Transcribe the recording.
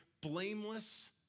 blameless